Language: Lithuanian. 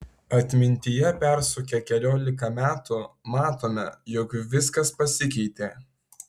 atmintyje persukę keliolika metų matome jog viskas pasikeitė